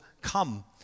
come